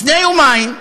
לפני יומיים,